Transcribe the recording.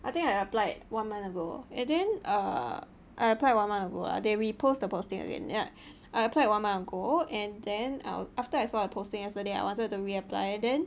I think I applied one month ago and then err I applied one month ago lah they repost the posting again yeah I applied one month ago and then after I saw the posting yesterday then I wanted to reapply then